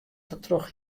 troch